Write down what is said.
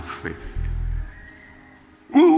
faith